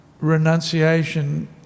renunciation